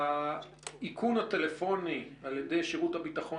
האיכון הטלפוני על ידי שירותי הביטחון